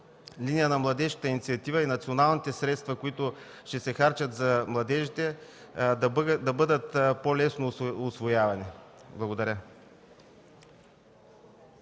на младежката инициатива и националните средства, които ще се харчат за младежите, да бъдат по-лесно усвоявани. Благодаря.